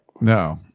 No